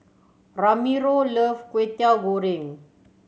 Ramiro love Kwetiau Goreng